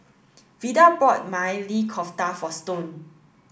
Vida bought Maili Kofta for Stone